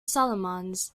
solomons